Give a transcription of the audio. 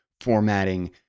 formatting